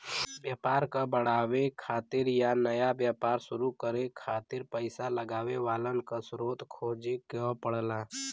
व्यापार क बढ़ावे खातिर या नया व्यापार शुरू करे खातिर पइसा लगावे वालन क स्रोत खोजे क पड़ला